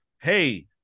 hey